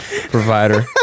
provider